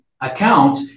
account